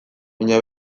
baina